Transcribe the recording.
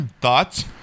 thoughts